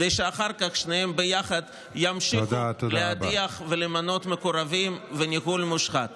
כדי שאחר כך שניהם ביחד ימשיכו להדיח ולמנות מקורבים וניהול מושחת.